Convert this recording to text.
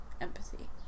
empathy